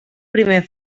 primer